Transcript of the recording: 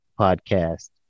podcast